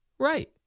Right